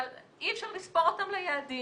אבל אי אפשר לספור אותם ליעדים